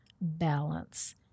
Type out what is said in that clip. balance